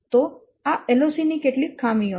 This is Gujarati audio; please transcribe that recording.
તો આ LOC ની કેટલીક ખામીઓ છે